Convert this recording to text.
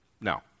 No